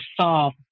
solve